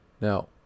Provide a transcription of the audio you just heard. Now